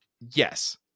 yes